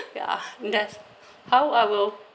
ya that's how I will